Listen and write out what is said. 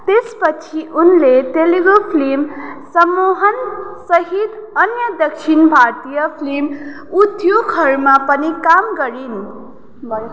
त्यसपछि उनले तेलुगु फ्लिम सम्मोहनसहित अन्य दक्षिण भारतीय फ्लिम उद्योगहरूमा पनि काम गरिन् भयो